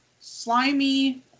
slimy